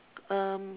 um